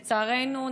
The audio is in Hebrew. לצערנו,